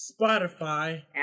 Spotify